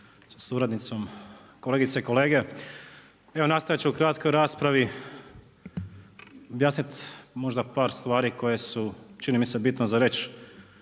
sa suradnicom, kolegice i kolege. Evo nastojat ću u kratkoj raspravi objasnit možda par stvari koje su, čini mi se, bitne za reći,